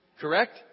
Correct